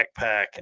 backpack